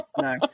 no